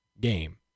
game